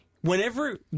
whenever